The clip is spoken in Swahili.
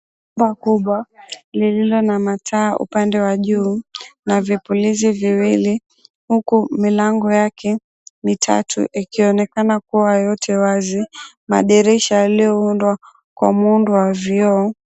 Paa kubwa lililo na mataa upande wa juu na vipulizi viwili. Huku milango yake mitatu ikionekana kuwa yote wazi. Madirisha yaliyoundwa kwa muundo wa vioo.